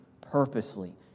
purposely